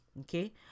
okay